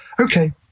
okay